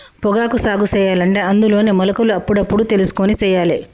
పొగాకు సాగు సెయ్యలంటే అందులోనే మొలకలు అప్పుడప్పుడు తెలుసుకొని సెయ్యాలే